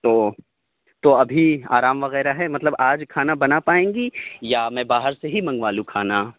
تو تو ابھی آرام وغیرہ ہے مطلب آج کھانا بنا پائیں گی یا میں باہر سے ہی منگوا لوں کھانا